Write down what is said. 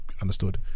understood